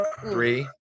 three